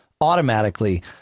automatically